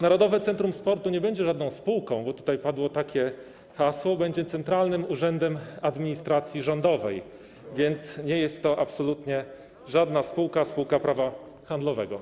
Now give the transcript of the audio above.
Narodowe Centrum Sportu nie będzie żadną spółką, bo tutaj padło takie hasło, będzie centralnym urzędem administracji rządowej, więc nie jest to absolutnie żadna spółka, spółka prawa handlowego.